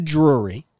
Drury